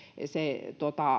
se